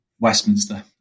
Westminster